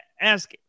ask